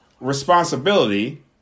responsibility